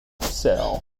cell